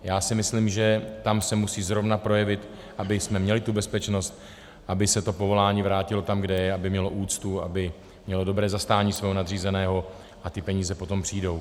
Já si myslím, že tam se musí zrovna projevit, abychom měli tu bezpečnost, aby se to povolání vrátilo tam, kde je, aby mělo úctu, aby mělo dobré zastání svého nadřízeného, a ty peníze potom přijdou.